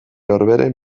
orberen